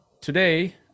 today